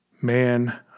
Man